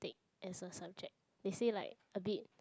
take as a subject they say like a bit